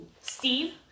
steve